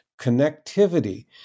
connectivity